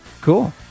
Cool